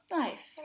nice